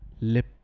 lip